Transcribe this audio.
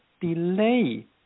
delay